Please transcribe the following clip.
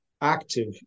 active